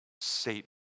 Satan